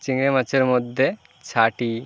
চিংড়ি মাছের মধ্যে ছাটি